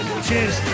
Cheers